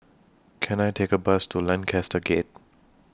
Can I Take A Bus to Lancaster Gate